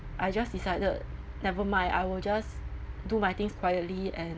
I just decided never mind I will just do my things quietly and